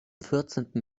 vierzehnten